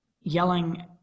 yelling